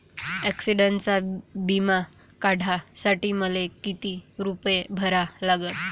ॲक्सिडंटचा बिमा काढा साठी मले किती रूपे भरा लागन?